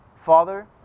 Father